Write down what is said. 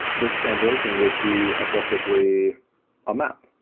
this translation would be effectively a map.